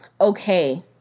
okay